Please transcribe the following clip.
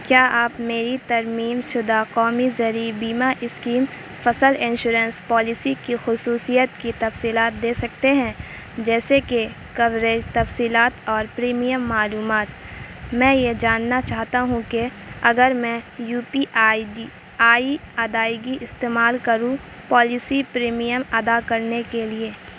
کیا آپ میری ترمیم شدہ قومی زرعی بیمہ اسکیم فصل انشورنس پالیسی کی خصوصیت کی تفصیلات دے سکتے ہیں جیسے کہ کوریج تفصیلات اور پریمیم معلومات میں یہ جاننا چاہتا ہو کہ اگر میں U P I D I ادائیگی استعمال کروں پالیسی پریمیم ادا کرنے کے لیے